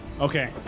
Okay